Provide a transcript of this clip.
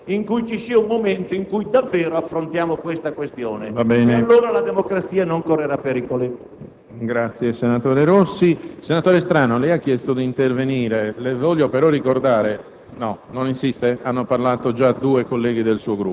Concludo dicendo che vi erano tratti del dibattito molto interessanti, ma poi, prima di qua contro Berlusconi, poi di là contro la Campania, siamo tornati avvitarci su questioni di bandiera e di partito.